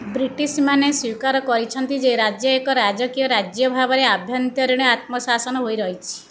ବ୍ରିଟିଶମାନେ ସ୍ୱୀକାର କରିଛନ୍ତି ଯେ ରାଜ୍ୟ ଏକ ରାଜକୀୟ ରାଜ୍ୟ ଭାବରେ ଆଭ୍ୟନ୍ତରୀଣ ଆତ୍ମଶାସନ ହୋଇ ରହିଛି